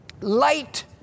Light